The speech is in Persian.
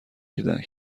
دادند